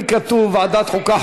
לי כתוב ועדת החוקה,